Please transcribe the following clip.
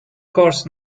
course